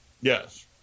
Yes